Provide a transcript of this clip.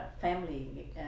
family